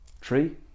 tree